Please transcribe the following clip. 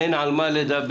אין על מה לדבר.